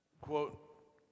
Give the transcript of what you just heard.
quote